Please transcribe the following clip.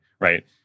right